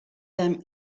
them